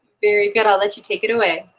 very good. i'll let you take it away.